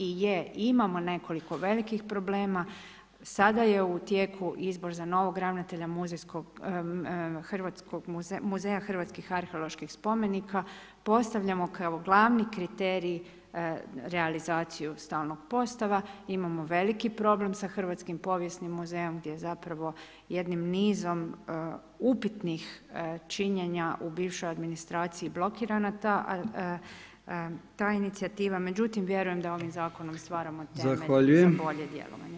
I je, imamo nekoliko velikih problema, sada je u tijeku izbor za novog ravnatelja Muzeja hrvatskih arheoloških spomenika, postavljamo kao glavni kriterij realizaciju stalnog postava, imamo veliki problem sa Hrvatskim povijesnim muzejom gdje zapravo jednim nizom upitnih činjenja u bivšoj administraciji blokirana ta inicijativa, međutim vjerujem da ovim zakonom stvaramo temelj za bolje djelovanje.